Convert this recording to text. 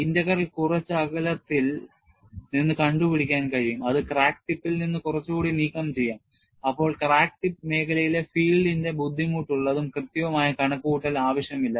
integral കുറച്ചു അകലത്തിൽ നിന്ന് കണ്ടുപിടിക്കാൻ കഴിയും അത് ക്രാക്ക് ടിപ്പിൽ നിന്ന് കുറച്ചുകൂടി നീക്കംചെയ്യാം അപ്പോൾ ക്രാക്ക് ടിപ്പ് മേഖലയിലെ ഫീൽഡിന്റെ ബുദ്ധിമുട്ടുള്ളതും കൃത്യവുമായ കണക്കുകൂട്ടൽ ആവശ്യമില്ല